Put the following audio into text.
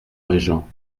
régent